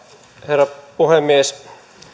herra puhemies